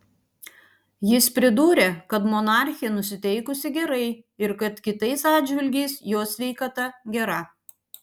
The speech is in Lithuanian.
jis pridūrė kad monarchė nusiteikusi gerai ir kad kitais atžvilgiais jos sveikata gera